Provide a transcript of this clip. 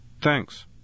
Thanks